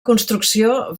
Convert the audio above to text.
construcció